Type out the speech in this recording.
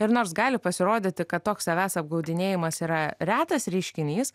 ir nors gali pasirodyti kad toks savęs apgaudinėjimas yra retas reiškinys